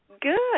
Good